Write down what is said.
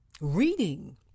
Reading